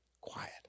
quiet